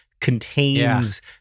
contains